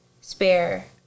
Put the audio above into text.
spare